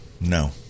No